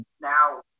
Now